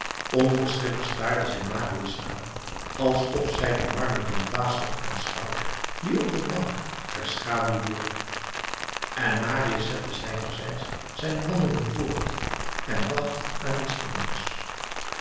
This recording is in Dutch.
onverschillig staarde zij marius aan alsof zij de marmeren vaas had aanschouwd die op de bank haar schaduw wierp en marius zette zijnerzijds zijn wandeling voort en dacht aan iets anders